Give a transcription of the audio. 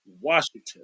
Washington